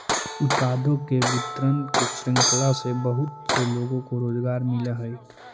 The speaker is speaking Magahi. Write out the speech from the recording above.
उत्पादों के वितरण की श्रृंखला से बहुत से लोगों को रोजगार मिलअ हई